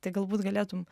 tai galbūt galėtum